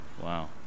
Wow